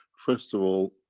first of all,